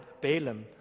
Balaam